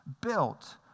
built